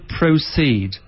proceed